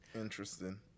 Interesting